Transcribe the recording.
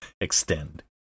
Extend